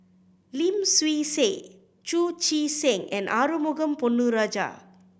Lim Swee Say Chu Chee Seng and Arumugam Ponnu Rajah